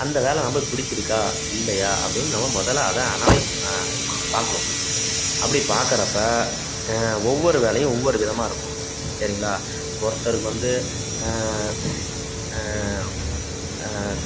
அந்த வேலை நம்மளுக்கு பிடிச்சிருக்கா இல்லையா அப்படின்னு நம்ம முதலில் அதை அனலைஸ் பார்க்கணும் அப்படி பார்க்குறப்ப ஒவ்வொரு வேலையும் ஒவ்வொரு விதமாக இருக்கும் சரிங்களா ஒருத்தருக்கு வந்து